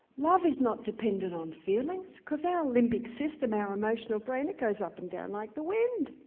love is not depended on feelings because our limbic system, our emotional brain it goes up and down like the wind.